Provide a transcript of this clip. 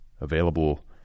available